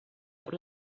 out